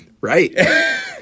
Right